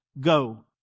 Go